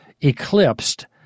eclipsed